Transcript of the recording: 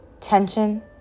tension